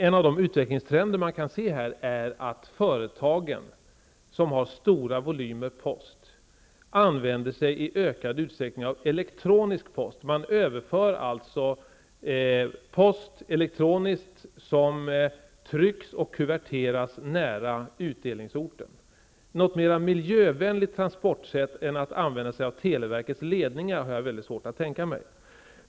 En av utvecklingstrenderna är att de företag som har stora volymer post i ökad utsträckning använder sig av elektronisk post. Man överför alltså post elektroniskt och trycker och kuverterar den nära utdelningsorten. Något mera miljövänligt transportsätt än att använda sig av televerkets ledningar har jag mycket svårt att tänka mig.